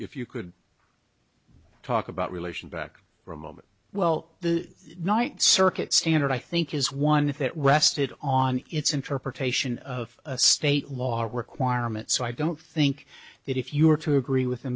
if you could talk about religion back for a moment well the night circuit standard i think is one if it rested on its interpretation of a state law or requirement so i don't think that if you were to agree with